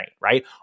right